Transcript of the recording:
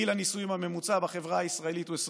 גיל הנישואים הממוצע בחברה הישראלית הוא 28,